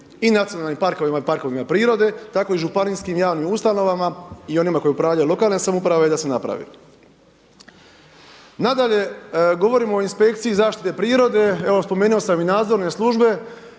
i nacionalnim parkovima i parkovima prirode, tako i županijskim javnim ustanovama i onima koji upravljaju lokalne samouprave i da se napravi. Nadalje, govorim o Inspekciji zaštite prirode. Evo spomenuo sam i nadzorne službe.